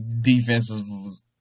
defenses